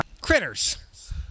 Critters